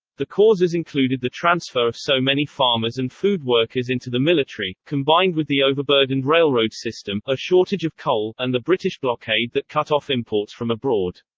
the causes included the transfer of so many farmers and food workers into the military, combined with the overburdened railroad system, a shortage of coal, and the british blockade that cut off imports from abroad.